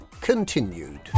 Continued